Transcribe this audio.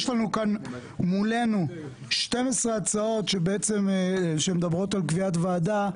יש לנו כאן מולנו 12 שמדברות על קביעת ועדה,